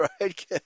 Right